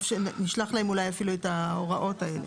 אולי אפילו נשלח להם את ההוראות האלה.